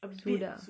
சூடா:sooda